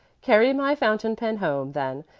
carry my fountain pen home, then,